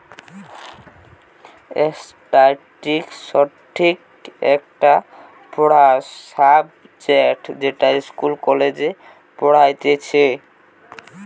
statistics একটা পড়ার subject যেটা ইস্কুলে, কলেজে পড়াইতিছে